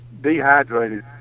dehydrated